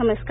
नमस्कार